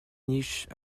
niches